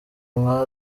nka